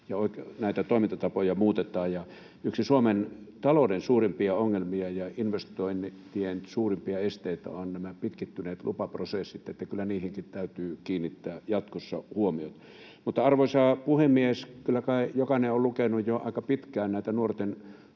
näitä toimintatapoja muutetaan. Yksi Suomen talouden suurimpia ongelmia ja investointien suurimpia esteitä ovat pitkittyneet lupaprosessit, eli kyllä niihinkin täytyy kiinnittää jatkossa huomiota. Arvoisa puhemies! Kyllä kai jokainen on lukenut jo aika pitkään näitä nuorten huumekuolemista